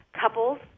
Couples